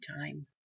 time